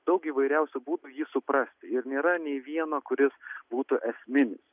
daug įvairiausių būdų jį suprasti ir nėra nei vieno kuris būtų esminis